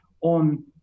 on